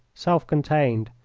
self-contained,